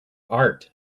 art